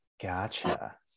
Gotcha